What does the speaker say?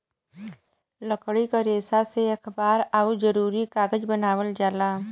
लकड़ी क रेसा से अखबार आउर जरूरी कागज बनावल जाला